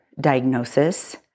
diagnosis